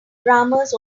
grammars